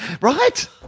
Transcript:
Right